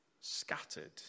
scattered